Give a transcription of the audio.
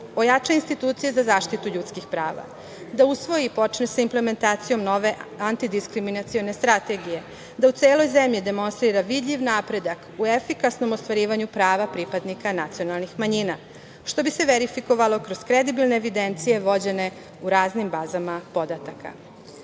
ojača institucije za zaštitu ljudskih prava, da usvoji i počne sa implementacijom nove antidiskriminacione strategije, da u celoj zemlji demonstrira vidljiv napredak u efikasnom ostvarivanju prava pripadnika nacionalnih manjina, što bi se verifikovalo kroz kredibilne evidencije vođene u raznim bazama podataka. Da